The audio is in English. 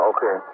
Okay